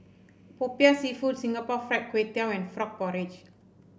popiah seafood Singapore Fried Kway Tiao and Frog Porridge